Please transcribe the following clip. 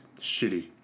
Shitty